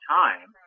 time